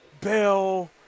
Bell